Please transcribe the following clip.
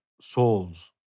souls